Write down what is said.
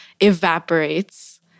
evaporates